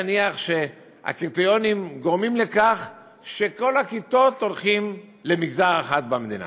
נניח שהקריטריונים גורמים לכך שכל הכיתות הולכות למגזר אחד במדינה,